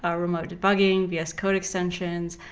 ah remote debugging, vs code extensions.